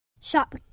Shop